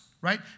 right